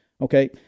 Okay